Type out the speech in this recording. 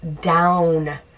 down